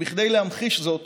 וכדי להמחיש זאת